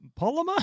polymer